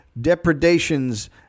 depredations